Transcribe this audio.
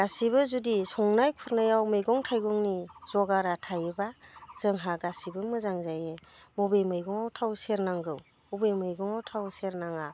गासिबो जुदि संनाय खुरनायाव मैगं थाइगंनि जगारा थायोब्ला जोंहा गासिबो मोजां जायो मबे मैगङाव थाव सेरनांगौ अबे मैगङाव थाव सेरनाङा